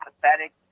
pathetic